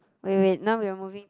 wait wait wait now we're moving